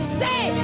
say